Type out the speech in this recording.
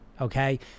Okay